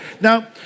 Now